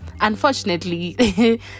Unfortunately